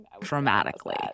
dramatically